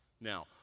Now